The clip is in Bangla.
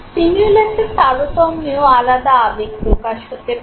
স্টিমিউলাসের তারতম্যেও আলাদা আবেগ প্রকাশ হতে পারে